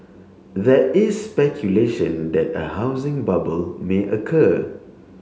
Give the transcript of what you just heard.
there is speculation that a housing bubble may occur